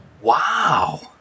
Wow